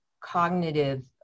cognitive